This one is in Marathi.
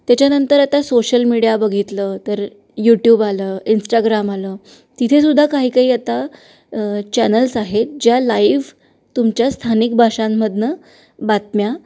त्याच्यानंतर आता सोशल मीडिया बघितलं तर यूट्यूब आलं इंस्टाग्राम आलं तिथेसुद्धा काही काही आता चॅनल्स आहेत ज्या लाईव्ह तुमच्या स्थानिक भाषांमधनं बातम्या